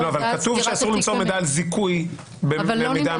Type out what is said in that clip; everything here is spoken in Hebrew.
--- כתוב שאסור למצוא מידע על זיכוי במידע משטרתי.